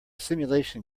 simulation